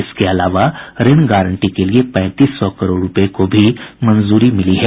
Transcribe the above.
इसके अलावा ऋण गारंटी के लिए पैंतीस सौ करोड़ रूपये को भी मंजूरी मिली है